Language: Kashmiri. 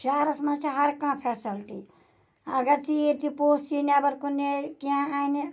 شَہرَس مَنٛز چھِ ہَر کانٛہہ فیسَلٹی اَگَر ژیٖر تہِ پوٚژھ یی نیٚبَر کُن نیرٕ کینٛہہ اَنہِ